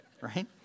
Right